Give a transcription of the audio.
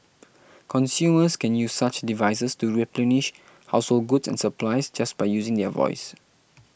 consumers can use such devices to replenish household goods and supplies just by using their voice